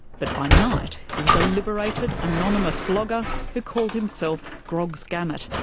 but by night he was a liberated anonymous blogger who called himself grogs gamut.